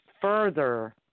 further